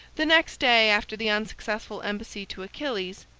the next day after the unsuccessful embassy to achilles,